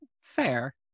Fair